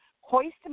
hoist